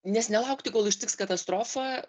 nes nelaukti kol ištiks katastrofa